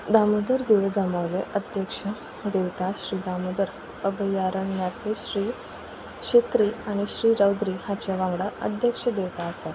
दामोदर देवूळ जांबावले अध्यक्ष देवता श्री दामोदर अभयारण्यातली श्री शेत्री आनी श्री रौद्री हाचे वांगडा अध्यक्ष देवता आसा